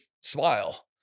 Smile